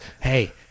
hey